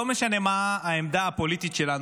אני חושב שלא משנה מה העמדה הפוליטית שלנו,